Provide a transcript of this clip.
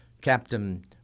Captain